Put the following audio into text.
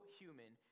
human